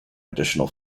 additional